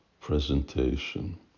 presentation